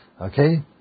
Okay